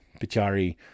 Pichari